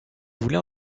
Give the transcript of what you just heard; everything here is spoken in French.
voulait